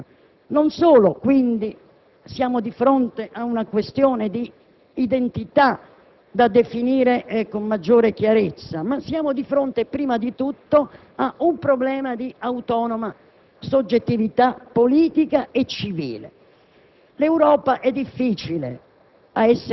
dall'assenza di autonomia politica. Non solo, quindi, siamo di fronte ad una questione di identità da definire con maggiore chiarezza, ma siamo di fronte prima di tutto ad un problema di autonoma soggettività politica e civile.